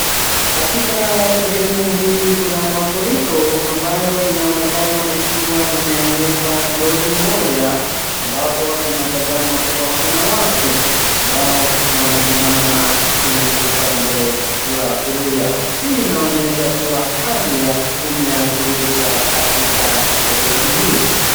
Katika sehemu hii kuna mafuriko ambayo inaonekana imeangusha lori moja ambapo tunataza kuwa kuna watu amboa wamesimama upande wa kulia. Hii inaonekana kuwa hali ya imeadhirika katika sehemu hii.